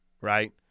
right